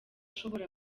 ushobora